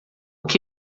que